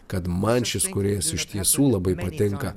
kad man šis kūrėjas iš tiesų labai patinka